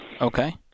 Okay